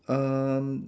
um